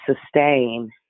sustain